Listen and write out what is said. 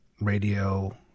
radio